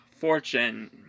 fortune